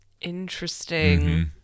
Interesting